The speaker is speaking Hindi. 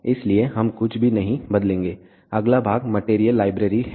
इसलिए हम कुछ भी नहीं बदलेंगे अगला भाग मटेरियल लाइब्रेरी है